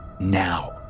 Now